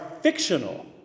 fictional